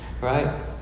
right